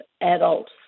adults